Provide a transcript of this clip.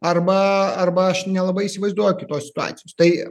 arba arba aš nelabai įsivaizduoju kitos situacijos tai